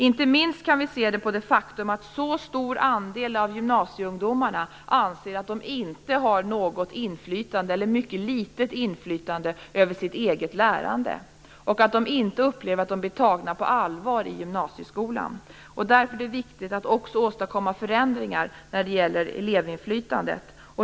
Inte minst kan vi se det på det faktum att en så stor andel av gymnasieungdomarna anser att de inte har något inflytande eller mycket litet inflytande över sitt eget lärande och att de inte upplever att de blir tagna på allvar i gymnasieskolan. Därför är det viktigt att också åstadkomma förändringar i elevinflytandet.